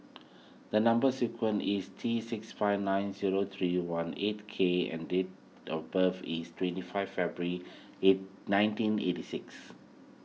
the Number Sequence is T six five nine zero three one eight K and date of birth is twenty five February nineteen eighty six